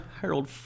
Harold